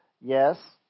Yes